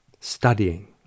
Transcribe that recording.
studying